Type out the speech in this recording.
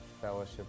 Fellowship